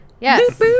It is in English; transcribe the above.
Yes